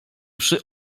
przy